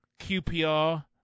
QPR